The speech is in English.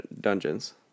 dungeons